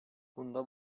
bunda